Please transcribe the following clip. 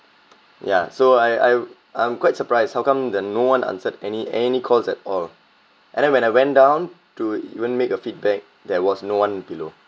ya so I I I'm quite surprise how come the no one answered any any calls at all and then when I went down to even make a feedback there was no one below